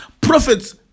prophets